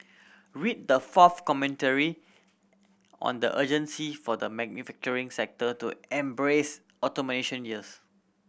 read the fourth commentary on the urgency for the manufacturing sector to embrace automation years